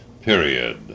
Period